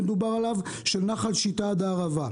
של נחל שיטה עד הערבה.